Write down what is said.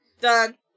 done